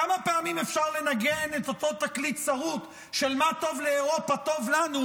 כמה פעמים אפשר לנגן את אותו תקליט שרוט של מה שטוב לאירופה טוב לנו,